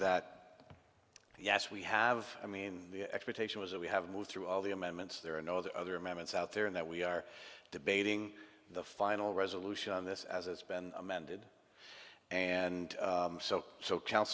that yes we have i mean the expectation was that we have moved through all the amendments there and all the other amendments out there and that we are debating the final resolution on this as it's been amended and so so cal